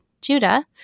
Judah